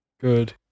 Good